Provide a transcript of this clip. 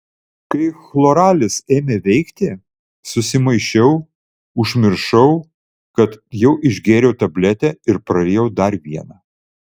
kai chloralis ėmė veikti susimaišiau užmiršau kad jau išgėriau tabletę ir prarijau dar vieną